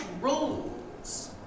rules